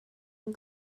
and